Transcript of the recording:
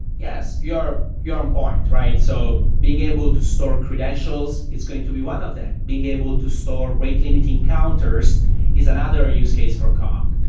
yes, you're you're on point. so being able to store credentials, it's going to be one of them. being able to store rate limiting counters is another use case for kong.